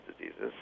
diseases